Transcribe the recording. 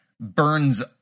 burns